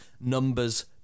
numbers